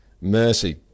mercy